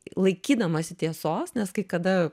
laikydamasi tiesos nes kai kada